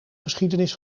geschiedenis